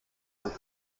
von